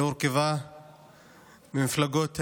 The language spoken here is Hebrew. והיא הורכבה ממפלגות הימין.